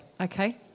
okay